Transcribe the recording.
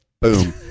Boom